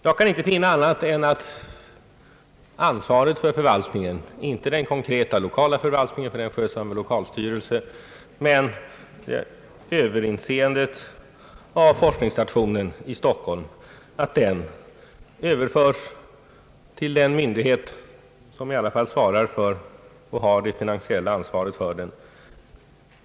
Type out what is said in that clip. Jag kan inte finna annat än att ansvaret, förvaltningen och överinseendet av forskningsstationen i Stockholm — inte den konkreta lokalförvaltningen, ty den sköts av en lokal styrelse — överförs till den myndighet som i alla fall svarar för och har det finansiella ansvaret för den.